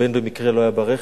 הבן במקרה לא היה ברכב,